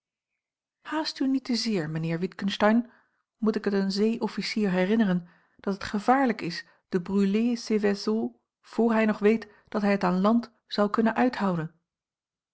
haast u niet te zeer mijnheer witgensteyn moet ik het een zee officier herinneren dat het gevaarlijk is de brûler ses vaisseaux voor hij nog weet dat hij het aan land zal kunnen uithouden